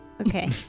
Okay